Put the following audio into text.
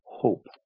hope